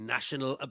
National